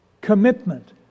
commitment